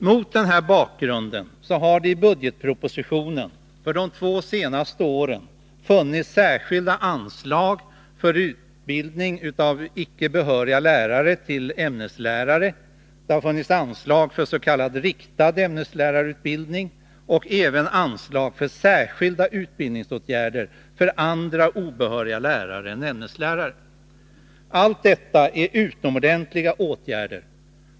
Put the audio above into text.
Mot den här bakgrunden har det i budgetpropositionen för de två senaste åren funnits särskilda anslag för utbildning av icke behöriga lärare till ämneslärare. Det finns anslag för s.k. riktad ämneslärarutbildning och även anslag för särskilda utbildningsåtgärder för andra obehöriga lärare än ämneslärare. Allt detta är utomordentliga åtgärder.